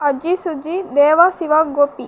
Aji Suji Deva Shiva Gopi